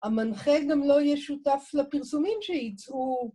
המנחה גם לא יהיה שותף לפרסומים שייצאו.